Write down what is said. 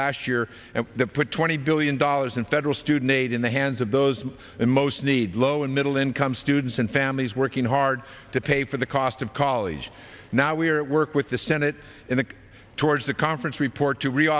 last year and put twenty billion dollars in federal student aid in the hands of those in most need low and middle income students and families working hard to pay for the cost of college now we are at work with the senate in the towards the conference report to